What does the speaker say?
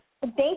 Thank